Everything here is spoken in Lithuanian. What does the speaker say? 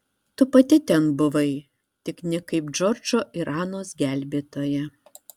tu pati ten buvai tik ne kaip džordžo ir anos gelbėtoja